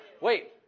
Wait